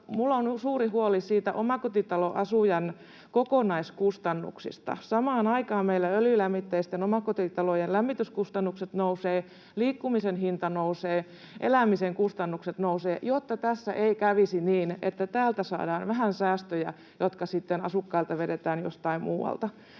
minulla on suuri huoli niistä omakotitaloasujan kokonaiskustannuksista — samaan aikaan meillä öljylämmitteisten omakotitalojen lämmityskustannukset nousevat, liikkumisen hinta nousee, elämisen kustannukset nousevat — jotta tässä ei kävisi niin, että täältä saadaan vähän säästöjä, jotka sitten vedetään asukkailta jostain muualta.